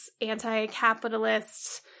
anti-capitalist